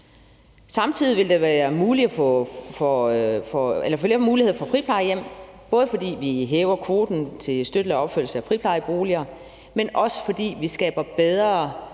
Samtidig vil der være flere muligheder for friplejehjem, både fordi vi hæver kvoten i forhold til støtte eller opførelse af friplejeboliger, men også fordi vi skaber bedre,